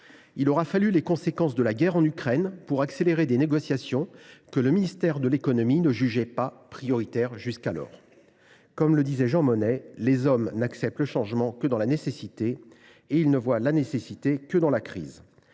Il aura fallu les conséquences de la guerre en Ukraine pour accélérer des négociations que le ministère de l’économie ne jugeait pas prioritaires jusqu’alors. Comme le disait Jean Monnet, les hommes n’acceptent le changement que dans la nécessité et ils ne voient la nécessité que dans la crise.